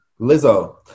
Lizzo